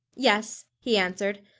yes, he answered.